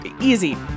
Easy